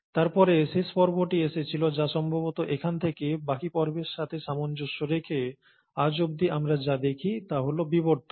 তারপরে শেষ পর্বটি এসেছিল যা সম্ভবত এখান থেকে বাকি পর্বের সাথে সামঞ্জস্য রেখে আজ অবধি আমরা যা দেখি তা হল বিবর্তন